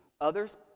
Others